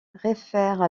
référent